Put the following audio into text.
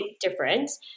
difference